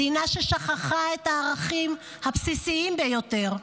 מדינה ששכחה את הערכים הבסיסיים ביותר,